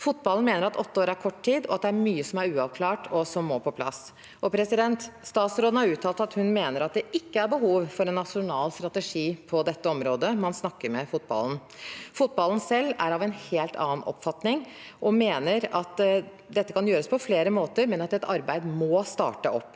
Fotballen mener åtte år er kort tid, og at det er mye som er uavklart, og som må på plass. Statsråden har uttalt at hun mener det ikke er behov for en nasjonal strategi på dette området – man snakker med fotballen. Fotballen selv er av en helt annen oppfatning og mener at dette kan gjøres på flere måter, men at et arbeid må starte opp.